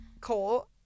Cole